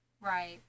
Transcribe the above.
Right